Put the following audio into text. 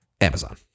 amazon